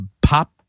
pop